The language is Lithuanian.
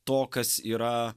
to kas yra